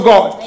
God